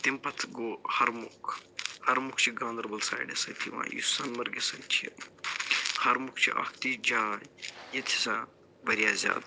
تٔمۍ پتہٕ گوٚو ہرمُکھ ہرمُکھ چھِ گاندَربَل سایڈَس سۭتۍ یِوان یُس سۄنہٕ مرگہِ سۭتۍ چھِ ہرمُکھ چھِ اَکھ تِژھ جاے ییٚتہِ ہسا واریاہ زیادٕ